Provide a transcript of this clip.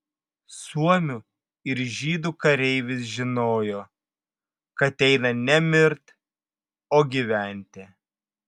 suomių ir žydų kareivis žinojo kad eina ne mirt o gyventi